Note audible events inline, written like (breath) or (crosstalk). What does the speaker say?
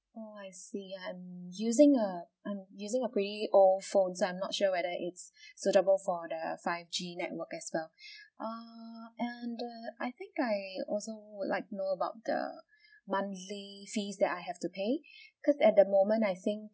orh I see I'm using a I'm using a pretty old phone so I'm not sure whether it's (breath) suitable for the five G network as well (breath) err and uh I think I also would like to know about the monthly fees that I have to pay (breath) because at the moment I think